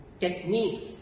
techniques